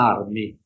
Army